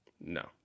No